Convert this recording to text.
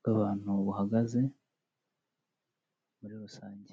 bw'abantu buhagaze, muri rusange.